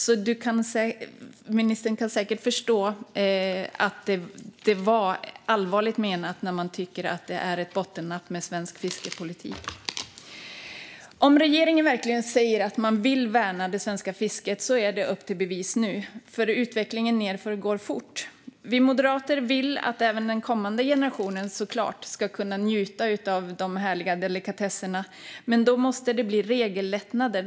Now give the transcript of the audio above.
Ministern kan alltså säkert förstå att det är allvarligt menat att man tycker att svensk fiskepolitik är ett bottennapp. Om regeringen verkligen vill värna det svenska fisket är det nu upp till bevis. Utvecklingen nedför går nämligen fort. Vi moderater vill såklart att även den kommande generationen ska kunna njuta av de härliga delikatesserna, men då måste det bli regellättnader.